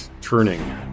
Turning